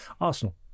Arsenal